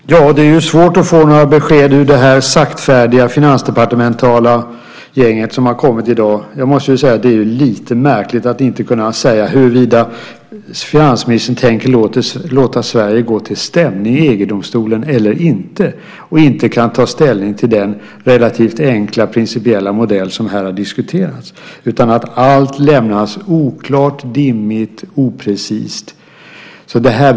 Herr talman! Det är svårt att få några besked ur det saktfärdiga finansdepartementala gäng som har kommit i dag. Det är lite märkligt att man inte kan säga huruvida finansministern tänker låta Sverige gå till stämning i EG-domstolen eller inte och inte kan ta ställning till den relativt enkla principiella modell som här har diskuterats. Allt lämnas oklart, dimmigt och oprecist.